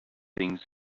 things